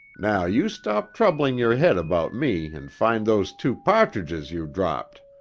now you stop troubling your head about me and find those two pat'tidges you dropped.